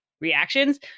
reactions